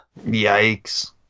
Yikes